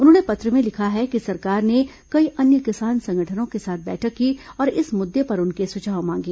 उन्होंने पत्र में लिखा है कि सरकार ने कई अन्य किसान संगठनों के साथ बैठक की और इस मुद्दे पर उनके सुझाव मांगे